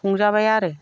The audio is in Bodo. संजाबाय आरो